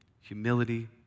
humility